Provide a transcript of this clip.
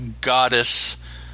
goddess